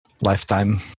lifetime